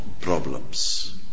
problems